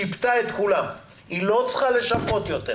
שיפתה את כולם, היא לא צריכה לשפות יותר,